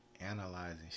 analyzing